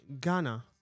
Ghana